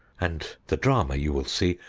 and the drama, you will see,